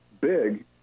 big